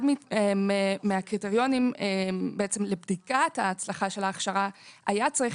אחד מהקריטריונים בעצם לבדיקת ההצלחה של ההכשרה היה צריך